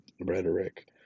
rhetoric